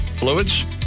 fluids